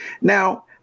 Now